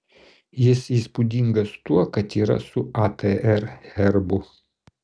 jis įspūdingas tuo kad yra su atr herbu